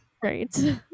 Great